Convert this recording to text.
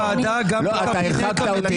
לא, אתה הרחקת אותי.